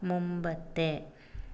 മുമ്പത്തെ